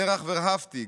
זרח ורהפטיג,